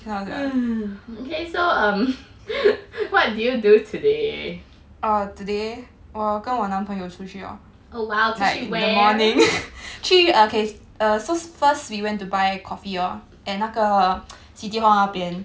okay so err what did you do today oh !wow! 出去 where